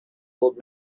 old